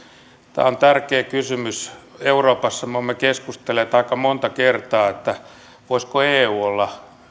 tämä on tärkeä kysymys euroopassa me olemme keskustelleet aika monta kertaa voisiko eu olla